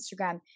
Instagram